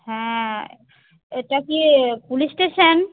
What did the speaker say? হ্যাঁ এটা কি পুলিশ স্টেশন